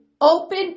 open